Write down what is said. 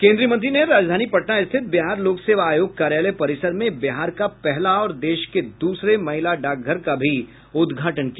केन्द्रीय मंत्री ने राजधानी पटना स्थित बिहार लोक सेवा आयोग कार्यालय परिसर में बिहार का पहला और देश के द्रसरे महिला डाकघर का भी उद्घाटन किया